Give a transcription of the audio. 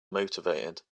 motivated